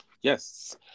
Yes